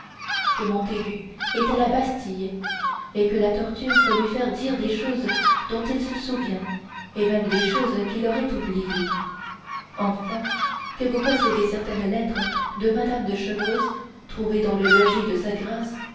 que montaigu est à la bastille et que la torture peut lui faire dire des choses dont il se souvient et même des choses qu'il aurait oubliées enfin que vous possédez certaine lettre de mme de chevreuse trouvée dans le logis de sa grâce